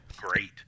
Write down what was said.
Great